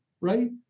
right